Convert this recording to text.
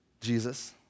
Jesus